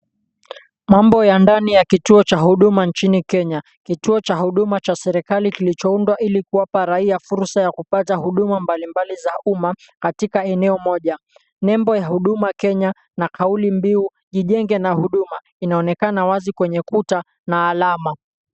Mambo ya ndani ya kituo cha huduma nchini Kenya. Kituo cha huduma cha serikali kilichoundwa ilikuwapa raia fursa ya kupata huduma mbali mbali za uma katika eneo moja. Nembo ya huduma kenya na kauli mbio jijenge na huduma inaonekana wazi kwenye ukuta na alama.